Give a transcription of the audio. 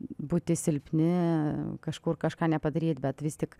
būti silpni kažkur kažką nepadaryti bet vis tik